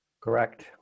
correct